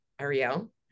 Ariel